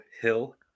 Hill